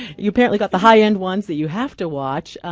you apparently got the high end ones that you have to watch.